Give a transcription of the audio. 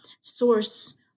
source